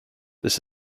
this